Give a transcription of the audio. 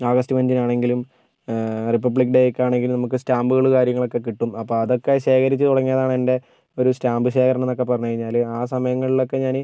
August പതിനഞ്ചിനാണെങ്കിലും republic ഡേക്കാണെങ്കിലും നമുക്ക് സ്റ്റാമ്പ്കള് കാര്യങ്ങളൊക്കെ കിട്ടും അപ്പോൾ അതൊക്കെ ശേഖരിച്ച് തുടങ്ങിയത് എൻ്റെ ഒര് സ്റ്റാമ്പ് ശേഖരണം എന്നൊക്കെ പറഞ്ഞ് കഴിഞ്ഞാല് ആ സമയങ്ങളിലൊക്കെ ഞാന്